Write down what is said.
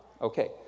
okay